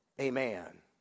Amen